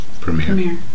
Premiere